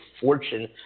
fortune